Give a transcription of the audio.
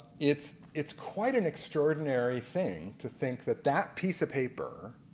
it's it's quite an extraordinary thing to think that that piece of paper